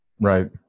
Right